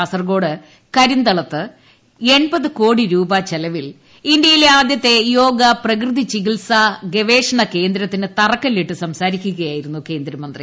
കാസർകോട് കരിന്തളത്ത് എൺപത് കോടി രൂപ ചെലവിൽ ഇന്ത്യയിലെ ആദ്യത്തെ യോഗ പ്രകൃതി ചികിത്സ റിസർച്ച് കേന്ദ്രത്തിന് തറക്കല്പിട്ട് സംസാരിക്കുകയായിരുന്നു കേന്ദ്രമന്ത്രി